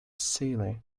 silly